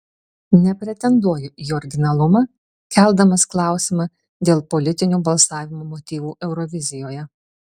nepretenduoju į originalumą keldamas klausimą dėl politinių balsavimo motyvų eurovizijoje